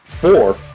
four